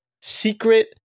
secret